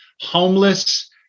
homeless